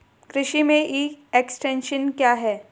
कृषि में e extension क्या है?